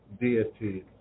deities